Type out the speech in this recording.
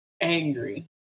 angry